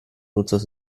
nutzers